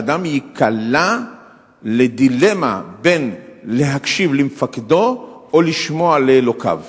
שאדם ייקלע לדילמה בין להקשיב למפקדו או לשמוע לאלוקיו.